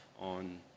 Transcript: on